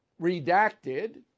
redacted